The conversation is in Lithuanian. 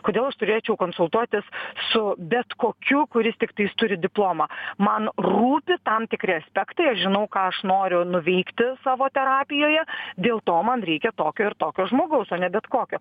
kodėl aš turėčiau konsultuotis su bet kokiu kuris tiktais turi diplomą man rūpi tam tikri aspektai aš žinau ką aš noriu nuveikti savo terapijoje dėl to man reikia tokio ir tokio žmogaus o ne bet kokio